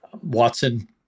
Watson